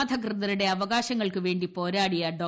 അധകൃതരുടെ അവകാശങ്ങൾക്കു വേണ്ടി പോരാടിയ ഡോ